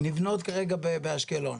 נבנות כרגע באשקלון,